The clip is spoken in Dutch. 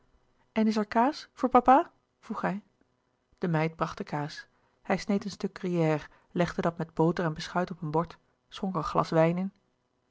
en is er kaas voor papa vroeg hij de meid bracht de kaas hij sneed een stuk gruyère legde dat met boter en beschuit op een bord schonk een glas wijn